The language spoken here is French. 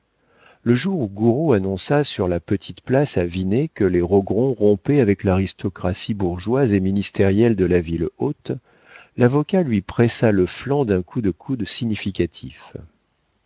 le jour où gouraud annonça sur la petite place à vinet que les rogron rompaient avec l'aristocratie bourgeoise et ministérielle de la ville haute l'avocat lui pressa le flanc d'un coup de coude significatif